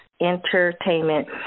entertainment